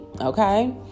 Okay